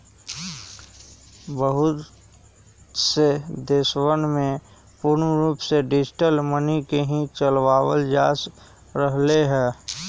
बहुत से देशवन में पूर्ण रूप से डिजिटल मनी के ही चलावल जा रहले है